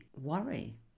worry